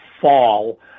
fall